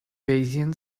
bayesian